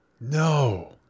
No